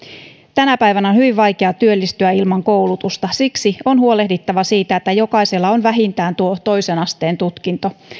tänä päivänä on hyvin vaikeaa työllistyä ilman koulutusta ja siksi on huolehdittava siitä että jokaisella on vähintään toisen asteen tutkinto